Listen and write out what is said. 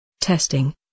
Testing